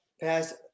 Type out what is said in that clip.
pass